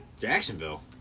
Jacksonville